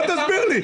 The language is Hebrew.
בוא תסביר לי.